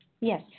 Yes